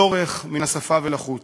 צורך, מן השפה ולחוץ.